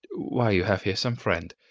why you have here some friend.